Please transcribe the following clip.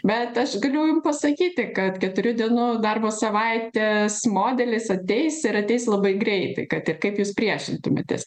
bet aš galiu jum pasakyti kad keturių dienų darbo savaitės modelis ateis ir ateis labai greitai kad ir kaip jūs priešintumėtės